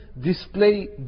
display